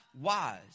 wise